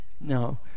no